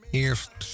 eerst